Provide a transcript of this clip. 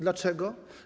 Dlaczego?